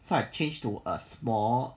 so I change to a small